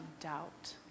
doubt